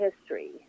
history